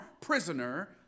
prisoner